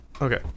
Okay